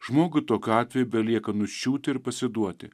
žmogui tokiu atveju belieka nuščiūt ir pasiduoti